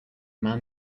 man